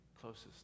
Closest